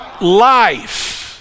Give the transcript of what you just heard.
life